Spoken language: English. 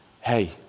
hey